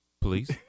please